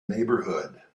neighborhood